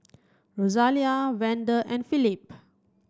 Rosalia Vander and Phillip